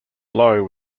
blow